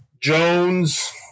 Jones